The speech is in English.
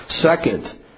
Second